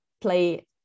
play